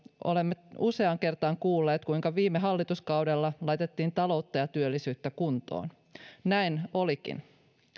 olemme useaan kertaan kuulleet kuinka viime hallituskaudella laitettiin taloutta ja työllisyyttä kuntoon näin olikin